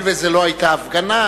הואיל וזו לא היתה הפגנה,